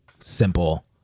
simple